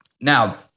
Now